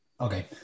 Okay